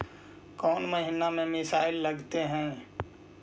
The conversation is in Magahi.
कौन महीना में मिसाइल लगते हैं?